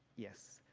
yes,